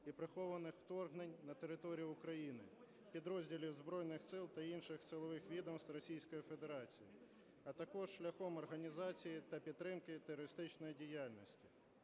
і прихованих вторгнень на територію України підрозділів збройних сил та інших силових відомств Російської Федерації, а також шляхом організації та підтримки терористичної діяльності.